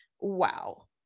Wow